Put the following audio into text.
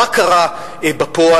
מה קרה בפועל?